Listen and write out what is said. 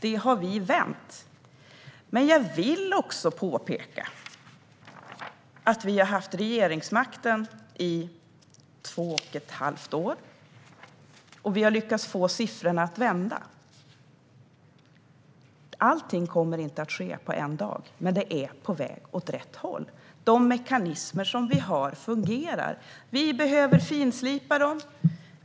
Detta har vi vänt. Jag vill också påpeka att vi har haft regeringsmakten i två och ett halvt år och har lyckats få siffrorna att vända. Allting kommer inte att ske på en dag, men det är på väg åt rätt håll. De mekanismer som vi har fungerar, men vi behöver finslipa dem.